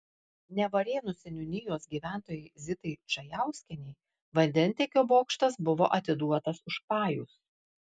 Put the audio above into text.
nevarėnų seniūnijos gyventojai zitai čajauskienei vandentiekio bokštas buvo atiduotas už pajus